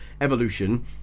evolution